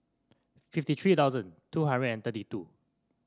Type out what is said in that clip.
fifty three thousand two hundred and thirty two